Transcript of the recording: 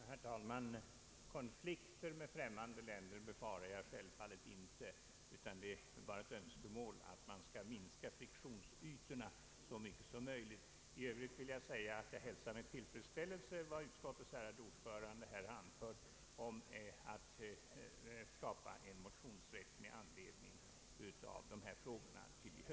Herr talman! Någon konflikt med främmande länder befarar jag självfallet inte. Det var endast ett önskemål att man skulle minska friktionsytorna så mycket som möjligt. I övrigt vill jag framhålla att jag med tillfredsställelse hälsar vad utskottets ärade ordförande här har anfört om att i höst möjliggöra en motionsrätt i dessa frågor.